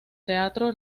teatro